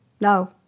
no